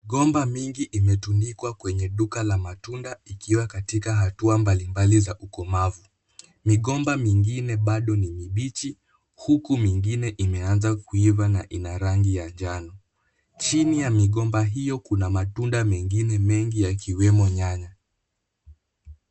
Gomba mingi imetundikwa kwenye duka la matunda ikiwa katika hatua mbalimbali za ukomavu . Migomba mingine bado ni mibichi huku mingine imeanza kuiva na ina rangi ya njano. Chini ya migomba hiyo kuna matunda mengine mengi yakiwemo nyanya.